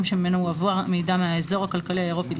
שממנו הועבר המידע מהאזור הכלכלי האירופי,